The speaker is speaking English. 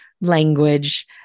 language